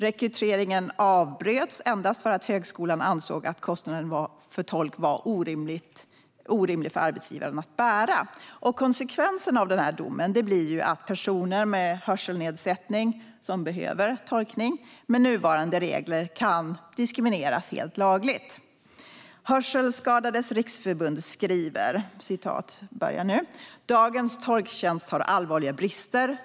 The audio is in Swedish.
Rekryteringen avbröts endast för att högskolan ansåg att kostnaden för tolk var orimlig för arbetsgivaren att bära. Konsekvensen av denna dom blir att personer med hörselnedsättning som behöver tolkning med nuvarande regler kan diskrimineras helt lagligt. Hörselskadades Riksförbund skriver: Dagens tolktjänst har allvarliga brister.